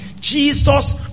Jesus